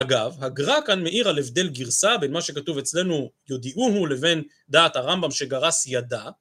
אגב, הגרא כאן מעיר על הבדל גרסה בין מה שכתוב אצלנו יודיעוהו, לבין דעת הרמב״ם שגרס ידע